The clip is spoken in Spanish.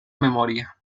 memoria